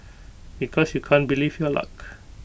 because you can't believe your luck